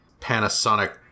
Panasonic